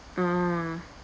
ah